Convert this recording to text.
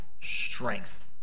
strength